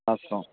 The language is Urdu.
سات سو